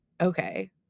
Okay